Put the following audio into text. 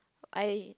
I